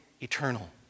eternal